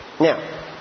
Now